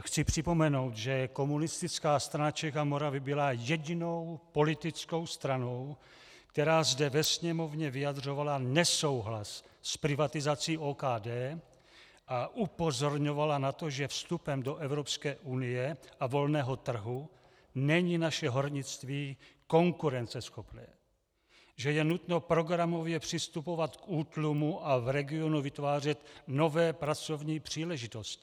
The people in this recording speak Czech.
chci připomenout, že Komunistická strana Čech a Moravy byla jedinou politickou stranou, která zde ve Sněmovně vyjadřovala nesouhlas s privatizací OKD a upozorňovala na to, že vstupem do Evropské unie a volného trhu není naše hornictví konkurenceschopné, že je nutné programově přistupovat k útlumu a v regionu vytvářet nové pracovní příležitosti.